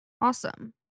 Awesome